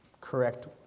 correct